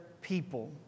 people